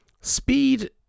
speed